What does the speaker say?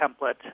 template